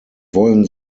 wollen